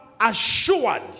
assured